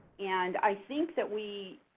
and i think that we,